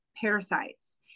parasites